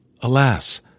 Alas